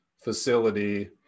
facility